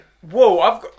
Whoa